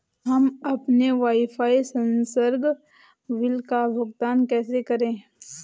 हम अपने वाईफाई संसर्ग बिल का भुगतान कैसे करें?